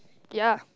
ya